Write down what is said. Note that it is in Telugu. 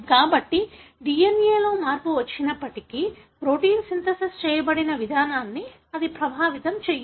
కాబట్టి DNA లో మార్పు వచ్చినప్పటికీ ప్రోటీన్ సింథసిస్ చేయబడిన విధానాన్ని అది ప్రభావితం చేయదు